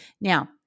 now